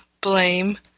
blame